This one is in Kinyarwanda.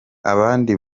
abandi